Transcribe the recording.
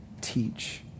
teach